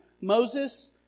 moses